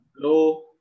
Hello